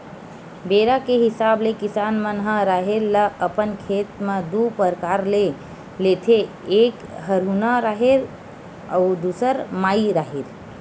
बेरा के हिसाब ले किसान मन ह राहेर ल अपन खेत म दू परकार ले लेथे एक हरहुना राहेर अउ दूसर माई राहेर